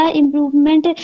improvement